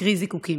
קרי זיקוקים?